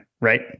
right